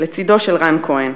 לצדו של רן כהן.